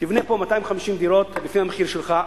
תבנה פה 250 דירות לפי המחיר שלך,